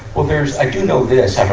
well there's, i do know this.